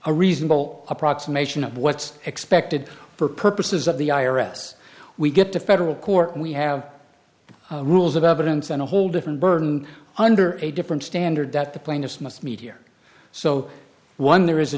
a reasonable approximation of what's expected for purposes of the i r s we get to federal court we have the rules of evidence and a whole different burden under a different standard that the plaintiffs must meet here so one there is a